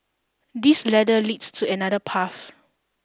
this ladder leads to another path